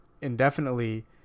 indefinitely